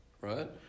right